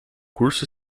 curso